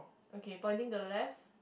okay pointing to the left